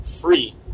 free